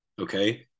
okay